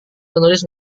menulis